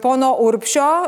pono urbšio